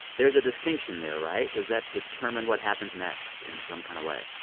there's a distinction there, right? does that determine what happens next in some kind of way?